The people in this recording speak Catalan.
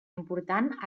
important